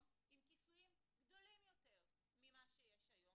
עם כיסויים גדולים יותר ממה שיש היום.